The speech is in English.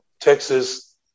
Texas